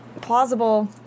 plausible